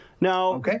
Now